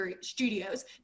studios